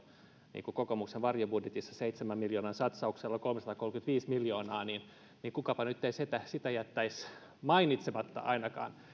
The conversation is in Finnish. niin kuin kokoomuksen varjobudjetissa seitsemänkymmenenseitsemän miljoonan satsauksella kolmesataakolmekymmentäviisi miljoonaa kukapa nyt ei sitä jättäisi mainitsematta ainakaan